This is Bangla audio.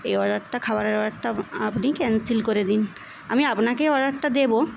এই অর্ডারটা খাবারের অর্ডারটা আপ আপনি ক্যানসেল করে দিন আমি আপনাকেই অর্ডারটা দেব